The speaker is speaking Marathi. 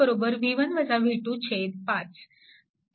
आपल्याला मिळेल v1 16V आणि v2 10V आणि ix 5